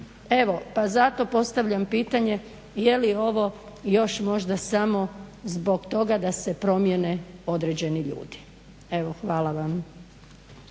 Evo, pa zato postavljam pitanje je li ovo još možda samo zbog toga da se promjene određeni ljudi. Evo hvala vam.